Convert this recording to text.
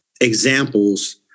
examples